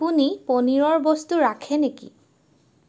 আপুনি পনীৰৰ বস্তু ৰাখে নেকি